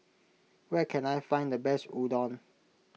where can I find the best Udon